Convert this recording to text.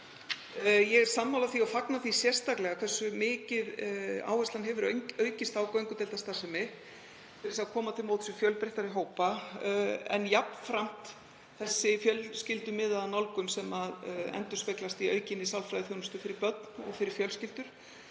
er sammála því og fagna því sérstaklega hversu mikið áherslan hefur aukist á göngudeildarstarfsemi til að koma til móts við fjölbreyttari hópa en jafnframt þessa fjölskyldumiðuðu nálgun sem endurspeglast í aukinni sálfræðiþjónustu fyrir börn og fyrir fjölskyldur.